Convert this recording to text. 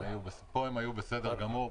פה הם היו בסדר גמור.